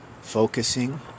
focusing